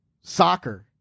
Soccer